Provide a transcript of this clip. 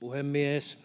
Puhemies!